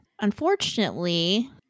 Unfortunately